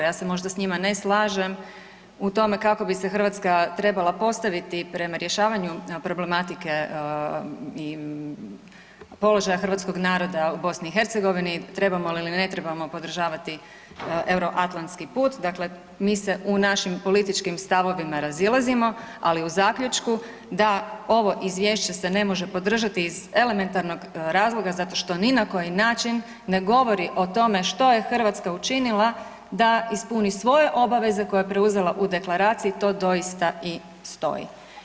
Ja se možda s njima ne slažem u tome kako bi se Hrvatska trebala postaviti prema rješavanju problematike i položaja hrvatskog naroda u BiH, trebamo li ili ne trebamo podržavati Euroatlantski put, dakle mi se u našim političkim stavovima razilazimo, ali u zaključku da ovo izvješće se ne može podržati iz elementarnog razloga zato što ni na koji način ne govori o tome što je Hrvatska učinila da ispuni svoje obaveze koje je preuzela u deklaraciji, to doista i stoji.